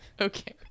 Okay